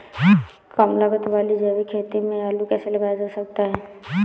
कम लागत वाली जैविक खेती में आलू कैसे लगाया जा सकता है?